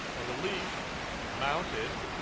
a relief mounted,